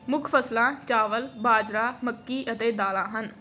ਮੁੱਖ ਫ਼ਸਲਾਂ ਚਾਵਲ ਬਾਜਰਾ ਮੱਕੀ ਅਤੇ ਦਾਲਾਂ ਹਨ